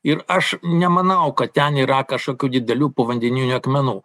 ir aš nemanau kad ten yra kažkokių didelių povandeninių akmenų